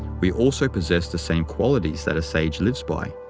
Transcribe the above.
we also possess the same qualities that a sage lives by.